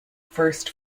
first